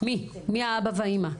מי האבא והאמא?